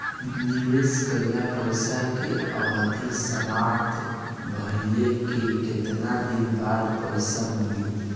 निवेश कइल पइसा के अवधि समाप्त भइले के केतना दिन बाद पइसा मिली?